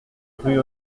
rue